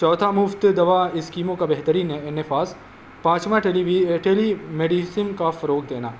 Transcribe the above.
چوتھا مفت دوا اسکیموں کا بہترین ان نفاذ پانچواں ٹیلیوی ٹیلی میڈیسن کا فروغ دینا